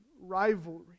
rivalry